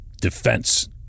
defense